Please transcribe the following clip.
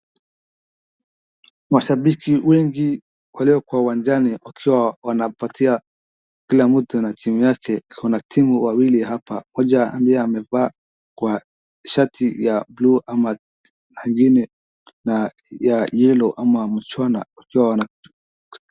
Mashabiki wengi walioko uwanjani, wakiwa wanapatia kila mtu na timu yake, kuna timu mbili hapa, moja ambayee amevaa shati ya buluu na ingine na ya yellow ama wanjano, wakiwa wana.